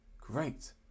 great